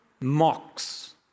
mocks